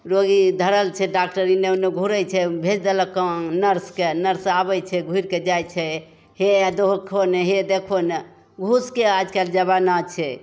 रोगी धरल छै डाकटर एन्ने ओन्ने घुरै छै ओ भेजि देलक नर्सके नर्स आबै छै घुरिके जाइ छै हे देखहो ने हे देखहो ने घूसके आजकल जमाना छै